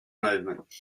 movements